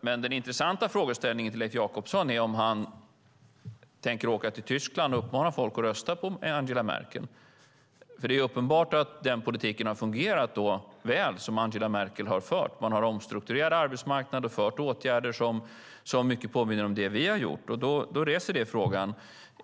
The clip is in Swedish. Den intressanta frågan till Leif Jakobsson är om han tänker åka till Tyskland och uppmana folk att rösta på Angela Merkel. Det är uppenbart att den politik som Angela Merkel har fört har fungerat väl. Man har omstrukturerat arbetsmarknaden och vidtagit åtgärder som mycket påminner om det vi har gjort. Det reser frågan: